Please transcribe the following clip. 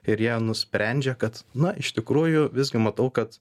ir jie nusprendžia kad na iš tikrųjų visgi matau kad